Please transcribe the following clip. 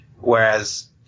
Whereas